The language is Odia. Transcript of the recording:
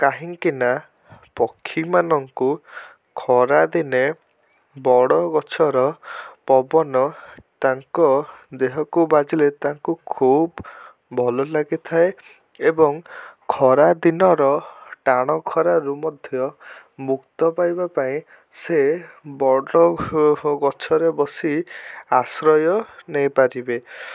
କାହିଁକିନା ପକ୍ଷୀମାନଙ୍କୁ ଖରାଦିନେ ବଡ଼ ଗଛର ପବନ ତାଙ୍କ ଦେହକୁ ବାଜିଲେ ତାଙ୍କୁ ଖୁବ୍ ଭଲ ଲାଗିଥାଏ ଏବଂ ଖରାଦିନର ଟାଣଖରାରୁ ମଧ୍ୟ ମୁକ୍ତ ପାଇବାପାଇଁ ସେ ବଡ଼ ଗଛରେ ବସି ଆଶ୍ରୟ ନେଇପାରିବେ